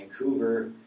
Vancouver